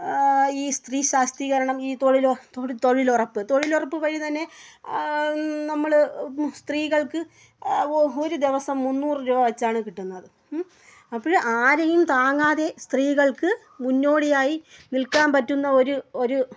ഈ സ്ത്രീ ശാക്തീകരണം ഈ തൊഴിലുറപ്പ് തൊഴിലുറപ്പ് തൊഴിലുറപ്പ് പണി തന്നെ നമ്മൾ സ്ത്രീകൾക്ക് ഒരു ദിവസം മുന്നൂറ് രൂപ വെച്ചാണ് കിട്ടുന്നത് ഉം അപ്പോൾ ആരെയും താങ്ങാതെ സ്ത്രീകൾക്ക് മുന്നോടിയായി നിൽക്കാൻ പറ്റുന്ന ഒരു ഒരു